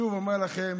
שוב אומר לכם: